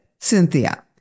Cynthia